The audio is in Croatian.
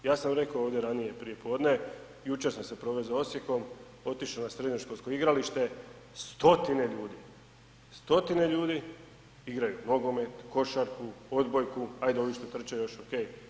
Ja sam rekao ovdje ranije prijepodne, jučer sam se provezao Osijekom, otišao na srednjoškolsko igralište stotine ljudi, stotine ljudi igraju nogomet, košarku, odbojku, ajde ovi što trče još ok.